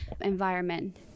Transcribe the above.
environment